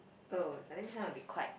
oh then this one will be quite